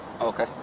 Okay